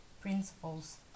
principles